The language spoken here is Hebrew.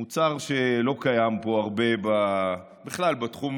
מוצר שלא קיים פה הרבה בכלל בתחום